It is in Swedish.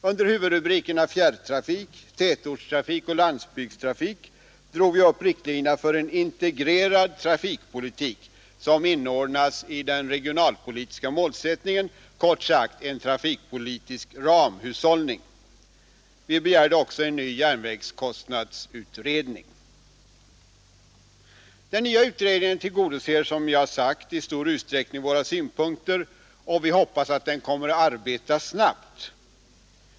Under huvudrubrikerna fjärrtrafik, tätortstrafik och landsbygdstrafik drog vi upp riktlinjerna för en integrerad trafikpolitik, som inordnas i den regionalpolitiska målsättningen — kort sagt en trafikpolitisk ramhushållning. Vi begärde också en ny järnvägskostnadsutredning. Den nya utredningen tillgodoser, som jag har sagt, i stor utsträckning våra synpunkter, och vi hoppas att den kommer att arbeta snabbt.